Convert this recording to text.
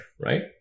right